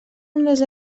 unes